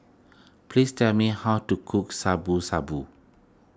please tell me how to cook Shabu Shabu